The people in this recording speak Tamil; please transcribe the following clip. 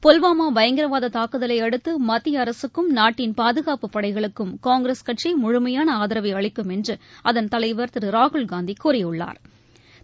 புல்வாமா பயங்கரவாத தாக்குதலையடுத்து மத்திய அரசுக்கும் நாட்டின் பாதுகாப்பு படைகளுக்கும் காங்கிரஸ் கட்சி முழுமையான ஆதரவை அளிக்கும் என்று அதன் தலைவா் திரு ராகுல்காந்தி கூறியுள்ளாா்